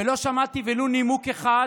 ולא שמעתי ולו נימוק אחד